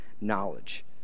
knowledge